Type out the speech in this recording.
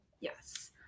yes